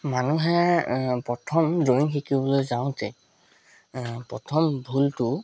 মানুহে প্ৰথম ড্ৰয়িং শিকিবলৈ যাওঁতে প্ৰথম ভুলটো